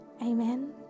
Amen